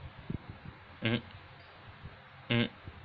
mm mm